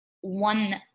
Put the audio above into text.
one